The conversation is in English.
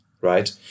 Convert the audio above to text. right